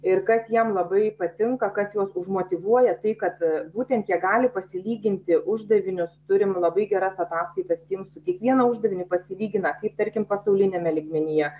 ir kas jiem labai patinka kas juos užmotyvuoja tai kad būtent jie gali pasilyginti uždavinius turim labai geras ataskaitas timsų kiekvieną uždavinį pasilygina kaip tarkim pasauliniame lygmenyje